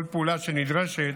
כל פעולה שנדרשת